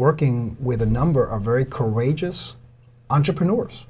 working with a number of very courageous entrepreneurs